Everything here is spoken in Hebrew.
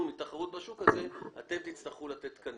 מתחרות בשוק הזה אתם תצטרכו לתת תקנים.